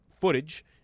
footage